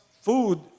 food